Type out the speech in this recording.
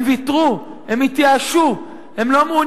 הם ויתרו, הם התייאשו, הם לא מעוניינים.